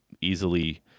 easily